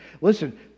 Listen